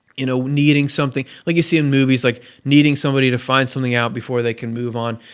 you know, needing something. like you see in movies like, needing somebody to find something out before they can move on.